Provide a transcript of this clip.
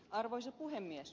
arvoisa puhemies